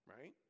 right